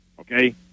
Okay